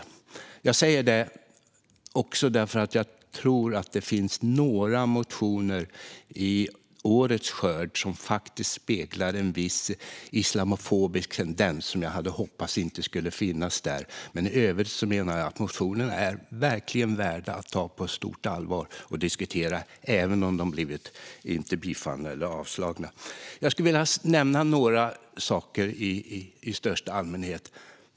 Detta säger jag också därför att jag tror att det finns några motioner i årets skörd som faktiskt speglar en viss islamofobisk tendens, som jag hade hoppats inte skulle finnas där. Men i övrigt menar jag att motionerna verkligen är värda att ta på stort allvar och diskutera även om de avslagits. Jag skulle vilja nämna några saker i största allmänhet.